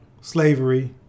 slavery